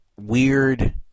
weird